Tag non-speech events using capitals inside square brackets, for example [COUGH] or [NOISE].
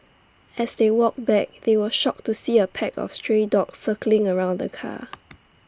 as they walked back they were shocked to see A pack of stray dogs circling around the car [NOISE]